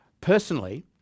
Personally